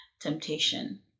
Temptation